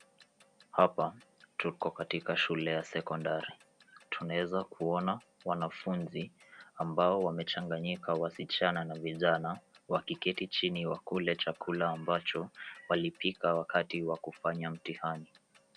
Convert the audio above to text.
Hapa tuko katika shule ya sekondari tunaweza kuona wanafunzi ambao wamechanganyika wasichana na vijana wakiketi chini wakule chakula ambacho walipika wakati wa kufanya mtihani.